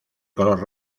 color